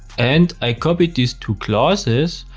and i copy these two classes,